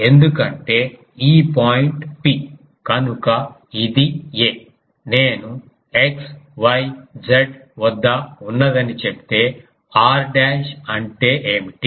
ఎందుకంటే ఈ point P కనుక ఇది a నేను x y z వద్ద ఉన్నదని చెబితే r డాష్ అంటే ఏమిటి